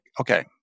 okay